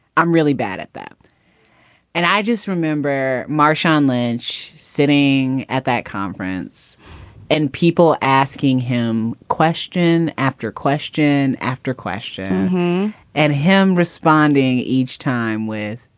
i'm really bad at that and i just remember marshawn lynch sitting at that conference and people asking him question after question after question and him responding each time with